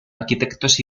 arquitectos